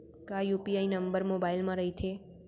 का UPI number mobile म रहिथे?